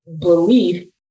belief